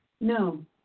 No